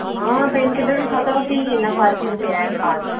हां पेनकिलर बी खाद्धा बा फ्ही बी इन्ना फर्क निं पेआ ऐ खास